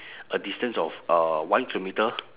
a distance of uh one kilometre